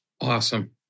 Awesome